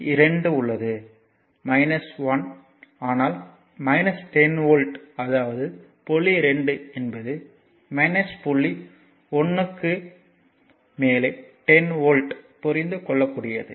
இங்கே 2 உள்ளது 1 ஆனால் 10 வோல்ட் அதாவது புள்ளி 2 என்பது புள்ளி 1 க்கு மேலே 10 வோல்ட் புரிந்து கொள்ளக்கூடியது